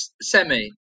semi